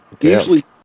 usually